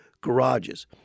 garages